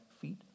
feet